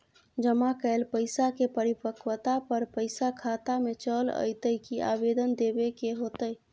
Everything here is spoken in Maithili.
जमा कैल पैसा के परिपक्वता पर पैसा खाता में चल अयतै की आवेदन देबे के होतै?